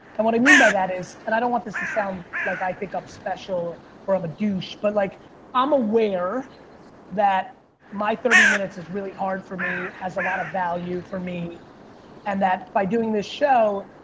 and what i mean by that is, and i don't want this to sound like i think i'm special or i'm a douche, but like i'm aware that my thirty minutes is really hard for me, has a lot of value for me and that by doing this show,